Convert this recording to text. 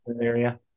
Area